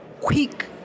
quick